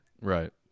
Right